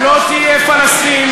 נא לשבת,